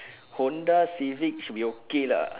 Honda civic should be okay lah